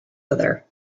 other